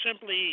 simply